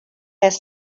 has